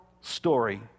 story